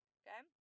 okay